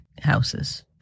houses